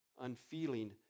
unfeeling